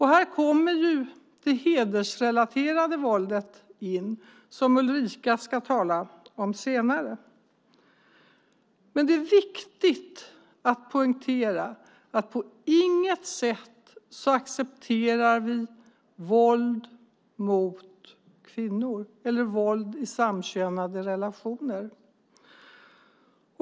Här kommer det hedersrelaterade våldet in, som Ulrika Karlsson ska tala om senare. Det är viktigt att poängtera att vi på inget sätt accepterar våld mot kvinnor eller våld i samkönade relationer.